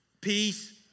Peace